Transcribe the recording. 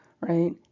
right